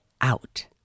out